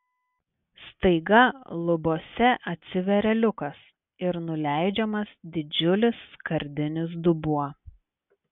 staiga lubose atsiveria liukas ir nuleidžiamas didžiulis skardinis dubuo